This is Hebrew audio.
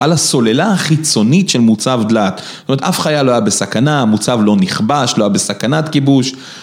על הסוללה החיצונית של מוצב דלעת, זאת אומרת אף חייל לא הייה בסכנה, המוצב לא נכבש, לא היה בסכנת כיבוש